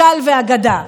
משל ואגדה.